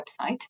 website